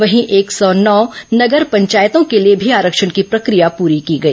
वहीं एक सौ नौ नगर पंचायतों के लिए भी आरक्षण की प्रक्रिया पूरी की गई